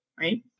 right